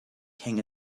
king